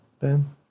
Ben